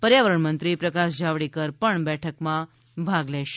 પર્યાવરણ મંત્રી પ્રકાશ જાવડેકર પણ બેઠકમાં ભાગ લેશે